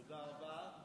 תודה רבה.